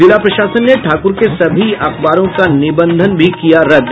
जिला प्रशासन ने ठाकुर के सभी अखबारों का निबंधन किया रद्द